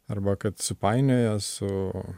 arba kad supainioja su